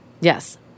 Yes